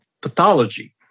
pathology